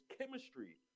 chemistry